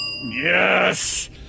Yes